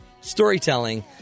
Storytelling